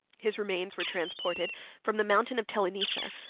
his remains were transported from the mountain of telenissa,